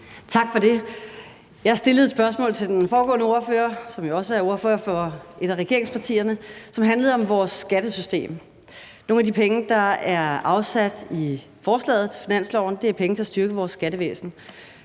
Tak for det. Jeg stillede til den foregående ordfører, som også er ordfører for et af regeringspartierne, et spørgsmål, som handlede om vores skattesystem. Nogle af de penge, der er afsat i forslaget til finansloven, er penge til at styrke vores skattevæsen,